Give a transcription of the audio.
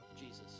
Jesus